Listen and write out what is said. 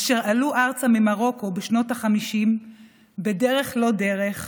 אשר עלו ארצה ממרוקו בשנות החמישים בדרך לא דרך,